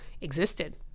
existed